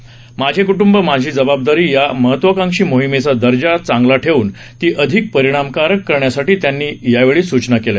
माझे क्टंब माझी जबाबदारी या महत्वाकांक्षी मोहिमेचा दर्जा चांगला ठेवून ती अधिक परिणामकारक करण्यासाठी त्यांनी यावेळी सूचना केल्या